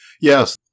yes